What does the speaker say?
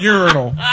Urinal